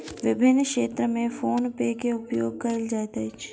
विभिन्न क्षेत्र में फ़ोन पे के उपयोग कयल जाइत अछि